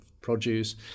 produce